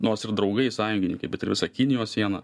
nors ir draugai sąjungininkai bet ir visa kinijos siena